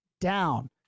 down